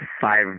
five